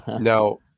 Now